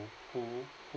who